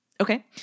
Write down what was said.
Okay